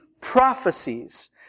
prophecies